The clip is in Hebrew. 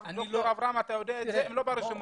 אתה יודע שהם לא ברשימות.